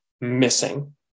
missing